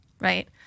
right